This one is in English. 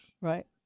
right